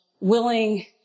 willing